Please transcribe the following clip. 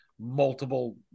multiple